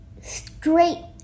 straight